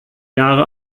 jahre